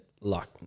Luck